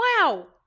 wow